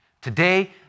Today